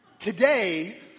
Today